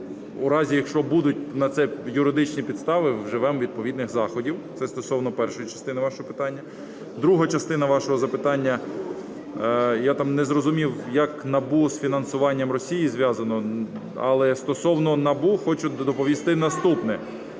в разі, якщо будуть на це юридичні підстави, вживемо відповідних заходів. Це стосовно першої частини вашого питання. Друга частина вашого запитання. Я там не зрозумів, як НАБУ з фінансуванням Росії зв'язано, але стосовно НАБУ хочу доповісти наступне.